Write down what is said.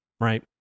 right